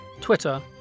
Twitter